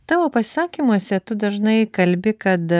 tavo pasisakymuose tu dažnai kalbi kad